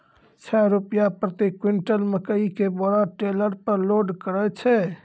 छह रु प्रति क्विंटल मकई के बोरा टेलर पे लोड करे छैय?